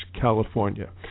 California